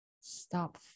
Stop